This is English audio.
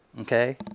okay